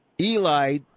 Eli